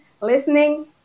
listening